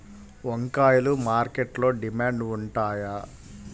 వంకాయలు మార్కెట్లో డిమాండ్ ఉంటాయా?